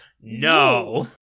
No